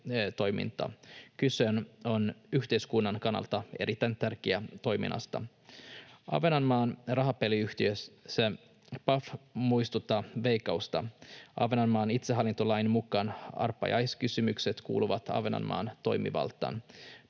Kyse on yhteiskunnan kannalta erittäin tärkeästä toiminnasta. Ahvenanmaan rahapeliyhteisö Paf muistuttaa Veikkausta. Ahvenanmaan itsehallintolain mukaan arpajaiskysymykset kuuluvat Ahvenanmaan toimivaltaan.